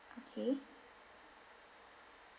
okay